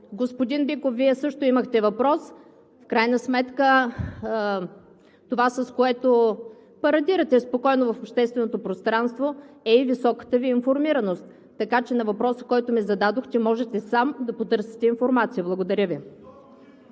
Господин Биков, Вие също имахте въпрос. В крайна сметка това, с което парадирате, е високата Ви информираност. Така че на въпроса, който ми зададохте, можете и сам да потърсите информация. Благодаря Ви.